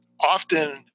often